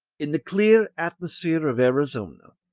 in the clear atmosphere of arizona,